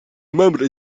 membre